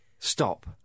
Stop